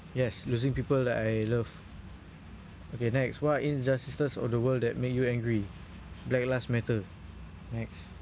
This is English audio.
yes losing people that I love okay next what injustices of the world that make you angry black lives matter next